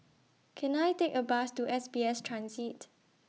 Can I Take A Bus to S B S Transit